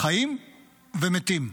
חיים ומתים,